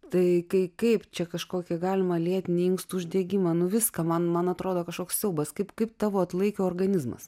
tai kai kaip čia kažkokį galimą lėtinį inkstų uždegimą nu viską man man atrodo kažkoks siaubas kaip kaip tavo atlaikė organizmas